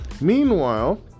meanwhile